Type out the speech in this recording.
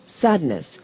sadness